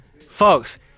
Folks